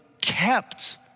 kept